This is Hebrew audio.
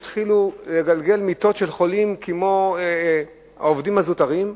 יתחילו לגלגל מיטות של חולים כמו העובדים הזוטרים.